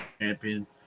champion